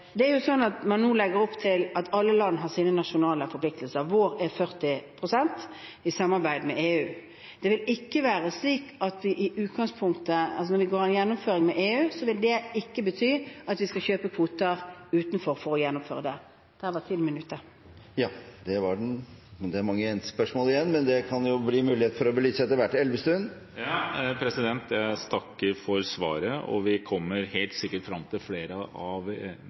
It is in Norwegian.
Det er jo slik at man nå legger opp til at alle land har sine nasjonale forpliktelser. Vår forpliktelse er 40 pst., i samarbeid med EU. Når vi skal ha en gjennomføring med EU, vil ikke det bety at vi skal kjøpe kvoter utenfor for å gjennomføre det. Jeg takker for svaret, og vi kommer helt sikkert fram til flere av detaljene i innholdet i disse initiativene senere. Men jeg skal se litt kortere fram: Den 24. november var det